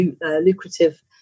lucrative